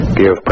give